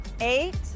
eight